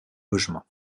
logements